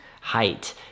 height